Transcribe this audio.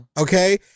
okay